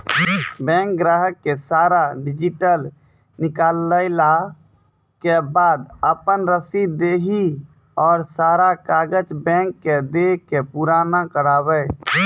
Bank ग्राहक के सारा डीटेल निकालैला के बाद आपन रसीद देहि और सारा कागज बैंक के दे के पुराना करावे?